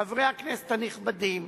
חברי הכנסת הנכבדים,